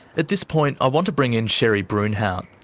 at this point, i want to bring in sherri bruinhout.